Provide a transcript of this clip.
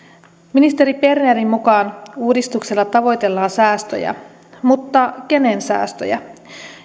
ministeri bernerin mukaan uudistuksella tavoitellaan säästöjä mutta kenen säästöjä